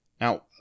Now